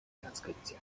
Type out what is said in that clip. transkrypcja